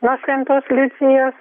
nuo šventos liucijos